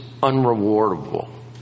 unrewardable